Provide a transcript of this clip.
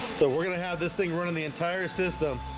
so we're gonna have this thing running the entire system